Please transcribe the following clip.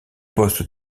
poste